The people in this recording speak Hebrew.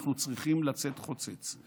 אנחנו צריכים לצאת חוצץ.